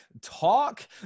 Talk